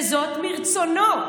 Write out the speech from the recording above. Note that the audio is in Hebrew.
וזאת מרצונו.